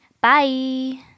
bye